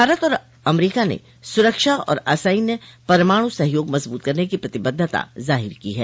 भारत और अमरीका ने सुरक्षा और असैन्य परमाणु सहयोग मजबूत करने की प्रतिबद्धता जाहिर की है